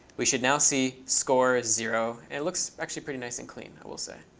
we should now see score is zero. it looks actually pretty nice and clean i will say.